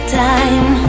time